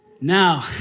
Now